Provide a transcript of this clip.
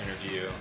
interview